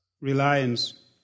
reliance